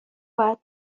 باید